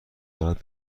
دارد